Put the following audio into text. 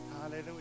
Hallelujah